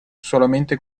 solamente